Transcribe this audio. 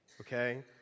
okay